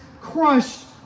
crushed